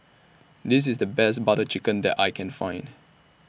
This IS The Best Butter Chicken that I Can Find